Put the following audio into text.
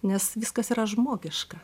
nes viskas yra žmogiška